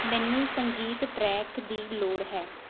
ਮੈਨੂੰ ਸੰਗੀਤ ਟ੍ਰੈਕ ਦੀ ਲੋੜ ਹੈ